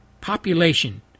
population